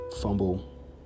fumble